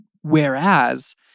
Whereas